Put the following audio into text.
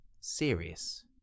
serious